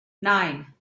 nine